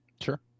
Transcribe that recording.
Sure